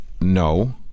no